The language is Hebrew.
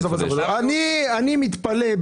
אני מתפלא.